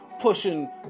pushing